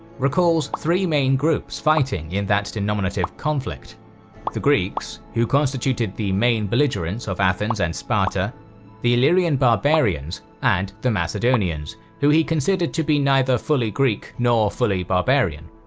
recalls three main groups fighting in that denominative conflict the greeks who constituted the main belligerents of athens and sparta the illyrian barbarians, and the macedonians, who he considered to be neither fully greek nor fully barbarian.